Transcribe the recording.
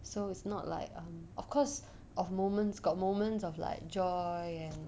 so it's not like um of course got moments got moments of like joy and